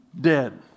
dead